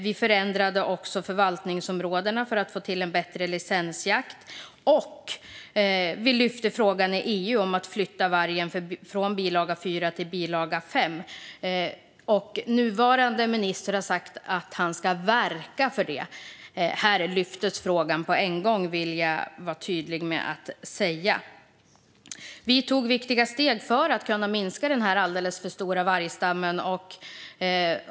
Vi förändrade också förvaltningsområdena för att få till en bättre licensjakt. Och vi lyfte upp frågan i EU att flytta vargen från bilaga 4 till bilaga 5. Nuvarande minister har sagt att han ska verka för detta. Här lyftes frågan upp på en gång, vill jag vara tydlig med att säga. Vi tog viktiga steg för att minska den alldeles för stora vargstammen.